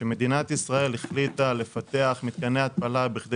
כשמדינת ישראל החליטה לפתח מתקני התפלה כדי